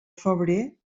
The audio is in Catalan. febrer